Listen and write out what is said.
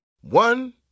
One